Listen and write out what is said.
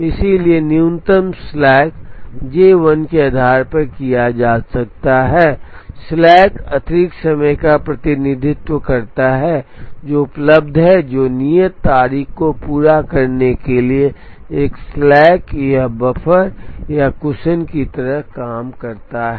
इसलिए न्यूनतम slack J 1 के आधार पर लिया जा सकता है स्लैक अतिरिक्त समय का प्रतिनिधित्व करता है जो उपलब्ध है जो नियत तारीख को पूरा करने के लिए एक स्लैक या बफर या कुशन की तरह काम करता है